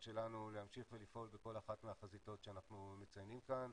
שלנו להמשיך ולפעול בכל אחת מהחזיתות שאנחנו מציינים כאן.